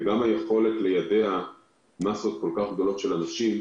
וגם היכולת ליידע מסות כל כך גדולות של אנשים